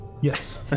Yes